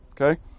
Okay